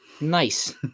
nice